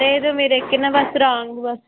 లేదు మీరు ఎక్కిన బస్ రాంగ్ బస్